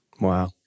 wow